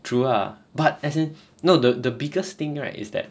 true lah but as in no the the biggest thing right is that